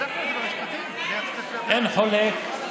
אין חולק,